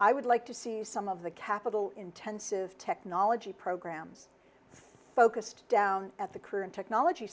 i would like to see some of the capital intensive technology programs focused down at the current technology